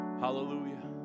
Hallelujah